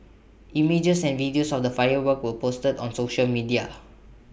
images and video of the fireworks were posted on social media